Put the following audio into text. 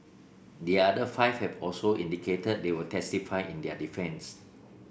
the other five have also indicated they will testify in their defence